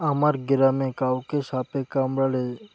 আমার গ্রামে কাউকে সাপে কামড়ালে